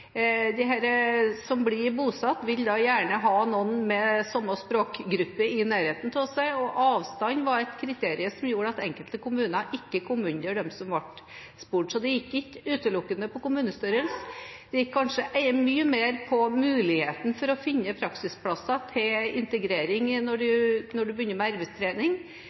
avstand. De som blir bosatt, vil gjerne ha noen innenfor samme språkgruppe i nærheten av seg, og avstand var et kriterium som gjorde at enkelte kommuner ikke var blant dem som ble spurt. Så det gikk ikke utelukkende på kommunestørrelse, det gikk kanskje mye mer på muligheten for å finne praksisplasser til integrering når en begynner med